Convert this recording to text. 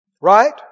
Right